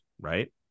right